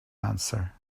answer